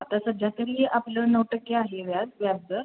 आता सध्या तरी आपलं नऊ टक्के आहे व्याज व्याज दर